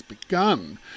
begun